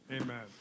amen